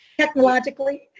technologically